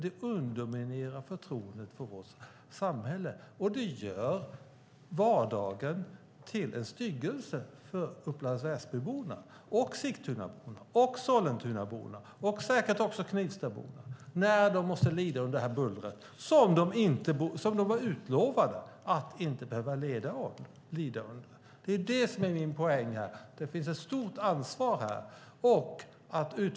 Det underminerar förtroendet för vårt samhälle, och det gör vardagen till en styggelse för Upplands Väsby-borna, Sigtunaborna, Sollentunaborna och säkert också Knivstaborna som måste lida under det här bullret som de var lovade att inte behöva lida under. Det som är min poäng är att det finns ett stort ansvar här.